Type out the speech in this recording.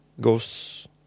goes